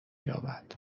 یابد